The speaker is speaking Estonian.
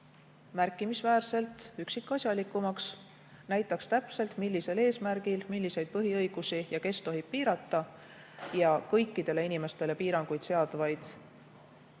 märkimisväärselt üksikasjalikumaks ning näitaks täpselt, millisel eesmärgil milliseid põhiõigusi ja kes tohib piirata. Kõikidele inimestele piiranguid seadvaid